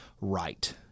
right